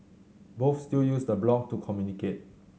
both still use the blog to communicate